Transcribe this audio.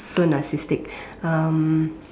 so narcissistic um